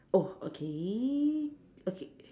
oh okay okay